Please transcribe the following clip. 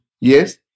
Yes